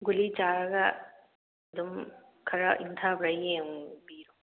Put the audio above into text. ꯚꯨꯂꯤ ꯆꯥꯔꯒ ꯑꯗꯨꯝ ꯈꯔ ꯏꯪꯊꯕ꯭ꯔꯥ ꯌꯦꯡꯕꯤꯔꯣ